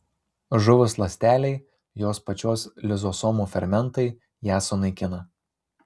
žuvus ląstelei jos pačios lizosomų fermentai ją sunaikina